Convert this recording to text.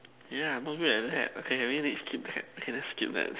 ya I'm not good at that okay I mean keep ship okay let's skip that